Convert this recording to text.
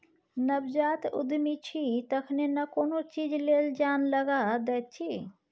नवजात उद्यमी छी तखने न कोनो चीज लेल जान लगा दैत छी